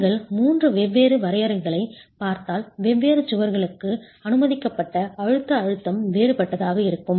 நீங்கள் மூன்று வெவ்வேறு வரையறைகளைப் பார்த்தால் வெவ்வேறு சுவர்களுக்கு அனுமதிக்கப்பட்ட அழுத்த அழுத்தம் வேறுபட்டதாக இருக்கும்